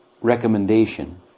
recommendation